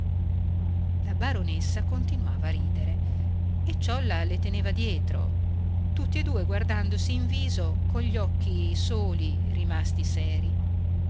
la baronessa continuava a ridere e ciolla le teneva dietro tutti e due guardandosi in viso cogli occhi soli rimasti serii